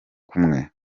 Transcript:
kumwe